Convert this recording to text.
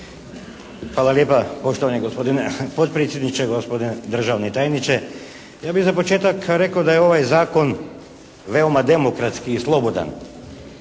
Hvala lijepa poštovani gospodine potpredsjedniče, gospodine državni tajniče. Ja bih za početak rekao da je ovaj zakon veoma demokratski i slobodan.